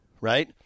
right